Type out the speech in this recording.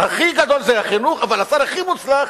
הכי גדול זה החינוך, אבל השר הכי מוצלח